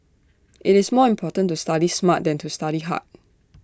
IT is more important to study smart than to study hard